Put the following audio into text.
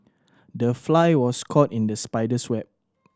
the fly was caught in the spider's web